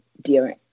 dear